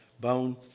bone